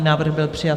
Návrh byl přijat.